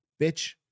bitch